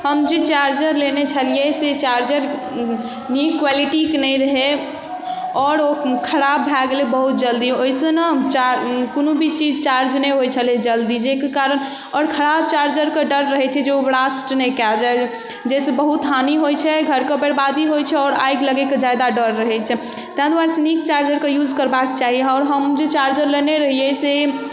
हम जे चार्जर लेने छलिए से चार्जर नीक क्वालिटीके नहि रहै आओर ओ खराब भऽ गेलै बहुत जल्दी ओहिसँ ने चार कोनो भी चीज चार्ज नहि होइ छलै जल्दी जाहिके कारण आओर खराब चार्जरके डर रहै छै जे ओ ब्रस्ट नहि कऽ जाए जाहिसँ बहुत हानि होइ छै घरके बर्बादी होइ छै आओर आगि लागैके ज्यादा डर रहै छै ताहि दुआरेसँ नीक चार्जरके यूज करबाके चाही आओर हम जे चार्जर लेने रहिए से